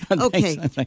Okay